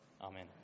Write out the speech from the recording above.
Amen